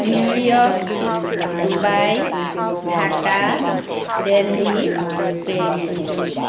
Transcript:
New York Dubai Dhaka Delhi Paris